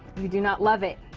you do not love it.